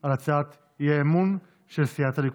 על הצעת האי-אמון של סיעת הליכוד.